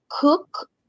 cook